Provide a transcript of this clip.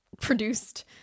produced